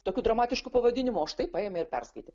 tokiu dramatišku pavadinimu o štai paėmė ir perskaitė